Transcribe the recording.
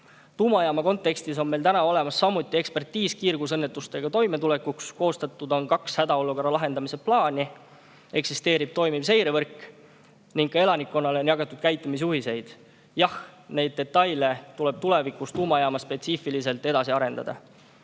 Tuumajaama kontekstis on meil täna samuti olemas [oskused] kiirgusõnnetusega toimetulekuks. Koostatud on kaks hädaolukorra lahendamise plaani. Eksisteerib toimiv seirevõrk ning ka elanikkonnale on jagatud käitumisjuhiseid. Jah, neid detaile tuleb tulevikus tuumajaamaspetsiifiliselt edasi arendada.